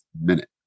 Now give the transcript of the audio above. minute